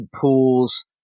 Pools